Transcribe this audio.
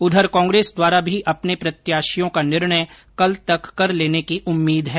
उधर कांग्रेस द्वारा भी अपने प्रत्याशियों का निर्णय कल तक कर लेने की उम्मीद है